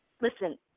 listen